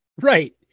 Right